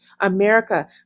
America